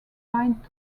pint